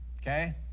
okay